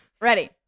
ready